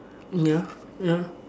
ya ya